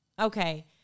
okay